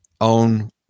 own